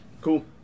cool